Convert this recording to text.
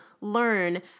learn